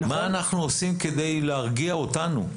מה אנחנו עושים כדי להרגיע אותנו?